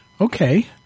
Okay